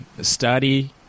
study